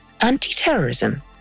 anti-terrorism